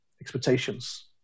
expectations